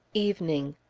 evening.